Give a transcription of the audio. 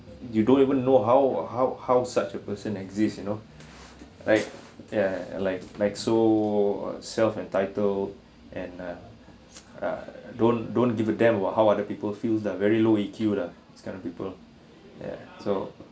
you don't even know how how how such a person exist you know like ya like like so self-entitled and uh uh don't don't give a damn about how other people feels lah very low E_Q lah this kind of people ya so